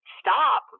stop